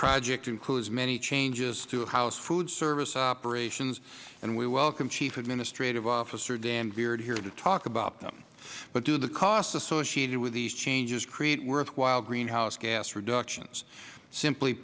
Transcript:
project includes many changes to house food service operations and we welcome chief administrative officer dan beard here to talk about them but do the costs associated with these changes create worthwhile greenhouse gas reductions simply